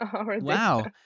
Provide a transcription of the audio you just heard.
Wow